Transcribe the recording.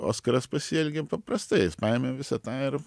oskaras pasielgė paprastai jis paėmė visą tą ir